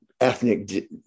ethnic